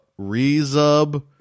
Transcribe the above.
Rezub